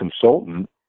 consultant